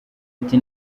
ati